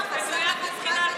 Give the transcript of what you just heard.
חסר לך,